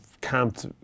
camped